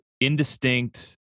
indistinct